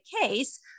case